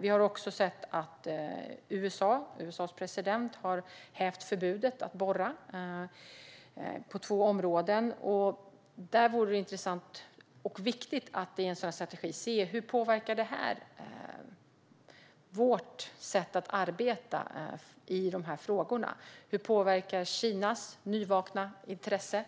Vi har också sett att USA:s president har hävt förbudet att borra i två områden. Det vore intressant och viktigt att i en sådan här strategi se på hur detta påverkar vårt sätt att arbeta med dessa frågor. Hur påverkar Kinas nyvaknade intresse,